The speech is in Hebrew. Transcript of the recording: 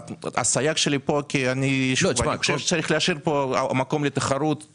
הסייג שלי, אני חושב שצריך להשאיר פה מקום לתחרות.